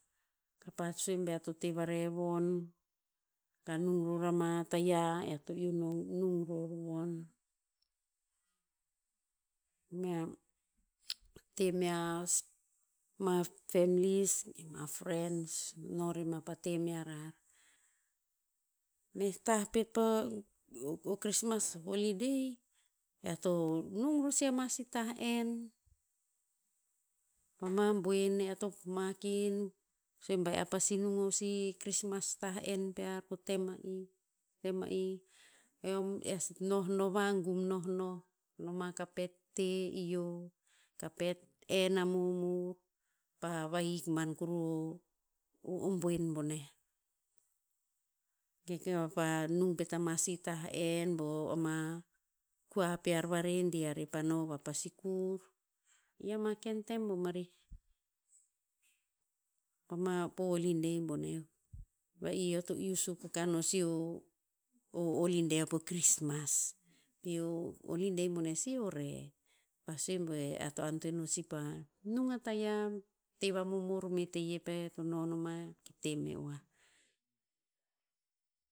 Kapa sue bea to te vare von. Ka nung ror ama tayiah eo to iu nung- nung ror von. Mea, te me ama families, ge ma frens no rema pa te mea rar. Meh tah pet po o krismas holiday, eo to nung ror si ama si tah en, pama boen ea to mak in. Sue ba ear pasi nung o si krismas tah en pear po tem ma'ih. Tem ma'ih, eom ea si nohnoh vaagum nohnoh. Noma ka pet te ihio ka pet en na momor, pa vahik ban kuru o- o boen boneh. nung pet ama si tah en, bo ama kua pear varedi a rer pa no va pa sikur. I ama ken tem bomarih. Pama po holiday boneh. Va'ih eo to suk aka no sih o holiday va po krismas. Pi o, holiday boneh si o re. Pa sue be ear to antoen ror si pa, nung a tayiah, te vamomor me teye peh to no noma ki te me oah.